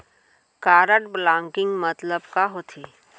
Card blocking मतलब का होथे?